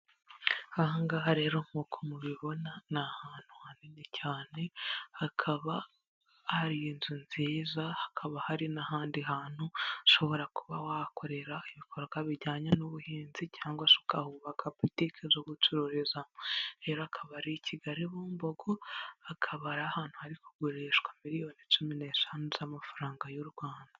Aha hanga rero nk'uko mubibona ni ahantu hanini cyane hakaba hari inzu nziza, hakaba hari n'ahandi hantu ushobora kuba wakorera ibikorwa bijyanye n'ubuhinzi cyangwa ukahubaka butike zo gucururizamo, hakaba ari i Kigali, i Bumbogo hakaba hari kugurishwa miliyoni cumi n'eshanu z'amafaranga y'u Rwanda.